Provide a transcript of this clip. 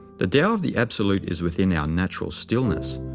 the tao of the absolute is within our natural stillness,